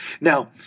Now